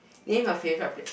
name a favourite pl~